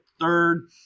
third